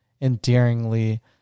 endearingly